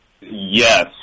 Yes